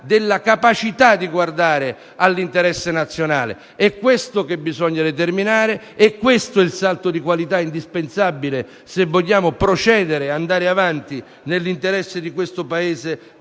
della capacità di guardare all'interesse nazionale. È questo che si deve fare, è questo il salto di qualità indispensabile se vogliamo procedere nell'interesse di questo Paese